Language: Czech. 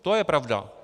To je pravda.